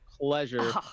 pleasure